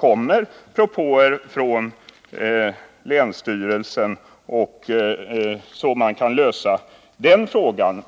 kommer en framställning från länsstyrelsen, så att man kan lösa den frågan.